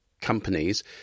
companies